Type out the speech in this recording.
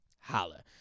holla